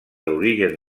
l’origen